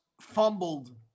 fumbled